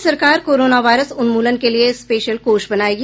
राज्य सरकार corona virus उन्मूलन के लिये स्पेशल कोष बनायेगी